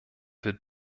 wir